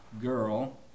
girl